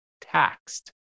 taxed